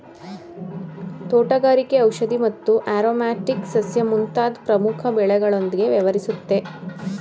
ತೋಟಗಾರಿಕೆ ಔಷಧಿ ಮತ್ತು ಆರೊಮ್ಯಾಟಿಕ್ ಸಸ್ಯ ಮುಂತಾದ್ ಪ್ರಮುಖ ಬೆಳೆಗಳೊಂದ್ಗೆ ವ್ಯವಹರಿಸುತ್ತೆ